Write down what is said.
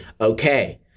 Okay